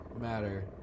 matter